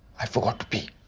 i forgot to pee.